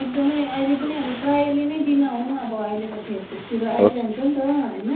एकदमै अहिले पनि अब प्रायःले नै दिनहुँ अब अहिलेको फेसबुकतिर आइरहन्छ त होइन